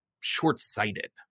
short-sighted